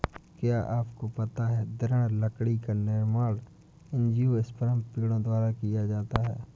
क्या आपको पता है दृढ़ लकड़ी का निर्माण एंजियोस्पर्म पेड़ों द्वारा किया जाता है?